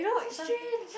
just change